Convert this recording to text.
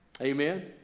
Amen